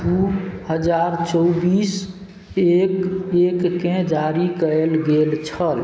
दुइ हजार चौबिस एक एकके जारी कएल गेल छल